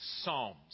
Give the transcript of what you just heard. Psalms